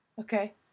Okay